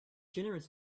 generous